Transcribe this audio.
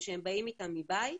שהם באים איתם מבית,